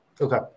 Okay